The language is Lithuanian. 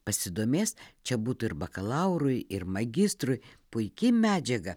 pasidomės čia būtų ir bakalaurui ir magistrui puiki medžiaga